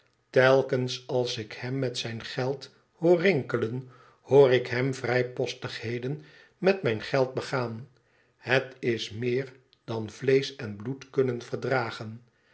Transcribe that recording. telkens als ik hem met zijn geld hoor rinkelen hoor ik hem vrijpostigheden met mijn geld begaan het is meer dan vleesch en bloed kunnen verdragen